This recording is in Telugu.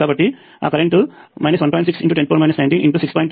కాబట్టి ఆ కరెంట్ 1